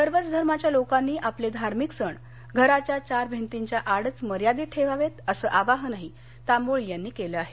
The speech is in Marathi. सर्वच धर्माच्या लोकांनी आपले धार्मिक सण घराच्या चार भिंतीच्या आडच मर्यादित ठेवावेत असं आवाहनही तांबोळी यांनी केलं आहे